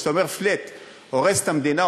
כשאתה אומר: flat הורס את המדינה,